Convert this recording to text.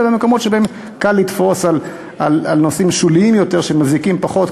אלא במקומות שבהם קל לתפוס על נושאים שוליים יותר שמזיקים פחות,